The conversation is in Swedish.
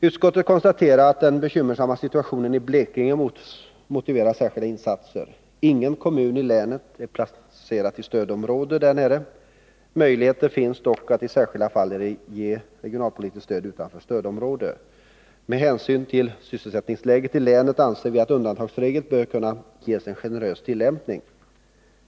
Utskottet konstaterar att den bekymmersamma situationen i Blekinge motiverar särskilda insatser. Ingen kommun i länet är placerad i stödområde. Möjlighet finns dock att i särskilda fall ge regionalpolitiskt stöd utanför stödområdena. Med hänsyn till sysselsättningsläget i länet anser vi att den undantagsregeln bör kunna ges en generös tillämpning.